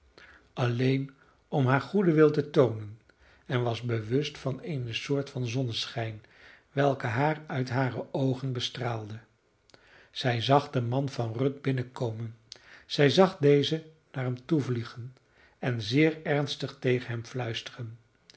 alleen om haar goeden wil te toonen en was bewust van eene soort van zonneschijn welke haar uit hare oogen bestraalde zij zag den man van ruth binnenkomen zij zag deze naar hem toevliegen en zeer ernstig tegen hem fluisteren